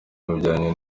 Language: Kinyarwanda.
bijyanye